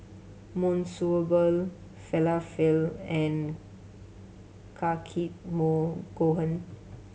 Monsunabe Falafel and Takikomi Gohan